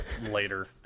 later